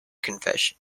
confession